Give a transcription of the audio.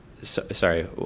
Sorry